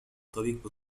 طريق